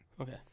Okay